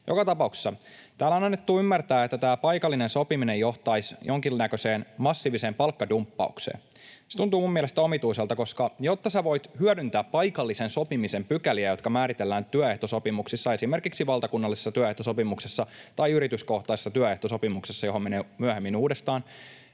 Joka tapauksessa täällä on annettu ymmärtää, että tämä paikallinen sopiminen johtaisi jonkinnäköiseen massiiviseen palkkadumppaukseen. Se tuntuu minun mielestäni omituiselta, koska jotta sinä voit hyödyntää paikallisen sopimisen pykäliä, jotka määritellään työehtosopimuksissa, esimerkiksi valtakunnallisessa työehtosopimuksessa ja yrityskohtaisessa työehtosopimuksessa — johon menen myöhemmin uudestaan